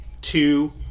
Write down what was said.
two